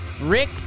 Rick